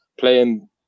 playing